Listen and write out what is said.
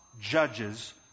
judges